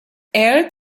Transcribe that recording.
aired